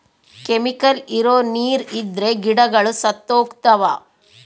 chemical ಇರೋ ನೀರ್ ಇದ್ರೆ ಗಿಡಗಳು ಸತ್ತೋಗ್ತವ